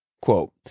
Quote